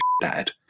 dad